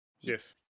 Yes